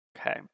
Okay